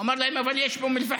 הוא אמר להם: אבל יש באום אל-פחם.